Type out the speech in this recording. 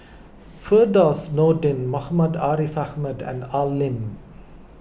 Firdaus Nordin Muhammad Ariff Ahmad and Al Lim